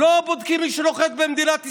לא בודקים את מי שנוחת במדינת ישראל.